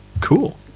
Cool